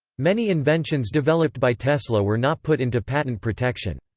many inventions developed by tesla were not put into patent protection.